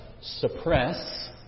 suppress